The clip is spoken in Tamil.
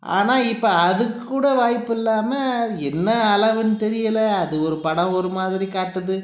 ஆனால் இப்போ அதுக்குக்கூட வாய்ப்யில்லாமல் என்ன அளவுன்னு தெரியல அது ஒரு படம் ஒரு மாதிரி காட்டுது